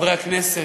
חברי הכנסת,